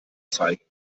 zeigen